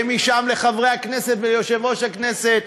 ומשם לחברי הכנסת וליושב-ראש הכנסת.